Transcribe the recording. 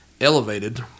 elevated